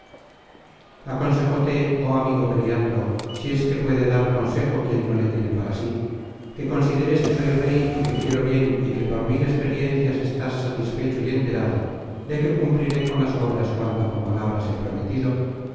at aconséjote joh amigo periandro si es que puede dar consejo quien no le tiene para sí que consideres que soy rey y que quiero bien y que por mil experiencias estás satisfecho y enterado de que cumpliré con las obras cuanto con palabras he prometido